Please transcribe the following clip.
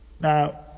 Now